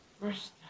First